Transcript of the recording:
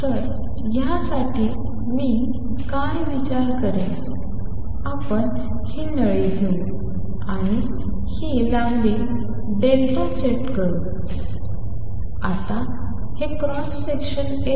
तर यासाठी मी काय विचार करेन आपण ही नळी घेऊ आणि ही लांबी डेल्टा सेट होऊ द्या आणि हे क्रॉस सेक्शनल एरिया a असू द्या